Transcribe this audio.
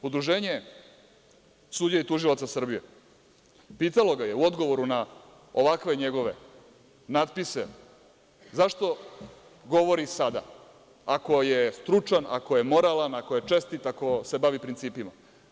Udruženje sudija i tužilaca Srbije, pitalo ga je u odgovoru na ovakve njegove natpise - zašto govori sada ako je stručan, ako je moralan, ako je čestit, ako se bavi principima?